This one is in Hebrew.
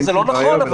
לא, זה לא נכון.